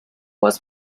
was